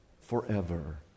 forever